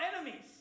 enemies